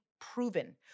proven